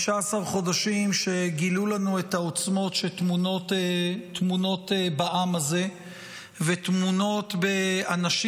15 חודשים שגילו לנו את העוצמות שטמונות בעם הזה וטמונות באנשים